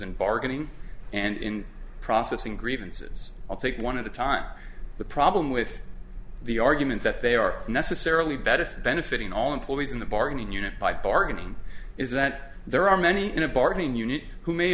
and bargaining and in processing grievances i'll take one of the time the problem with the argument that they are necessarily better if benefiting all employees in the bargaining unit by bargaining is that there are many in a bargaining unit who may